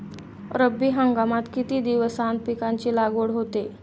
रब्बी हंगामात किती दिवसांत पिकांची लागवड होते?